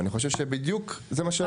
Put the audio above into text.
ואני חושב שבדיוק זה מה שעשו.